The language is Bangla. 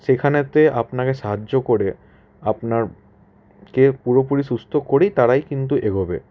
সেইখানে আপনাকে সাহায্য করে আপনাকে পুরোপুরি সুস্থ করেই তারা কিন্তু এগোবে